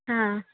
ಹಾಂ